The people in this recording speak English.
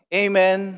amen